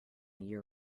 year